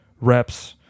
reps